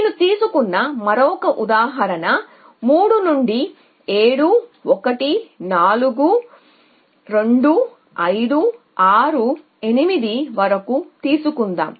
నేను తీసుకున్న మరొక ఉదాహరణ 3 నుండి 7 నుండి 1 నుండి 9 నుండి 4 నుండి 2 నుండి 5 నుండి 6 నుండి 8 వరకు తీసుకుందాం